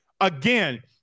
again